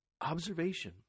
observation